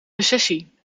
recessie